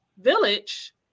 Village